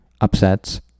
upsets